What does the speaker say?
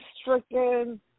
stricken